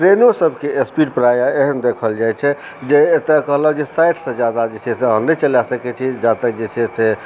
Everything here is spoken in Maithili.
ट्रेनो सबके स्पीड प्रायः एहन देखल जाइत छै जे एतय कहलक जे साठिसँ जादा जे छै से अहाँ नहि चला सकैत छी जहाँ तक जे छै से